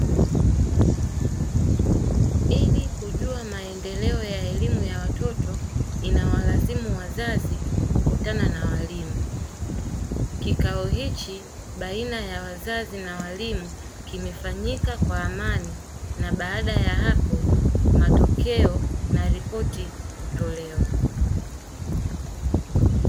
Ili kujua maendeleo ya elimu ya watoto inawalazimu wazazi kukutana na walimu, kikao hichi baina ya wazazi na walimu kimefanyika kwa amani na baada ya hapo matokeo na ripoti kutolewa.